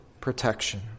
protection